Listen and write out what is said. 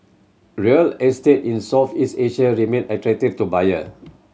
real estate in Southeast Asia remain attractive to buyer